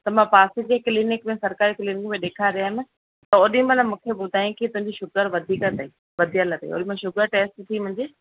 त मां पासे जे क्लिनिक में सरकारी किलिनिक में ॾेखारे आयमि त होॾी महिल मूंखे ॿुधायई की तुंहिंजी शुगर वधीक अथई वधियल अथई होॾी महिल शुगर टेस्ट थी मुंहिंजी